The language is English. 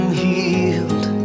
healed